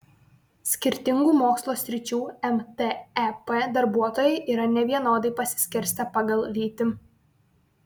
skirtingų mokslo sričių mtep darbuotojai yra nevienodai pasiskirstę pagal lytį